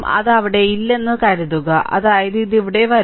അത് അവിടെ ഇല്ലെന്ന് കരുതുക അതായത് ഇത് ഇവിടെ വരും